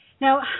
Now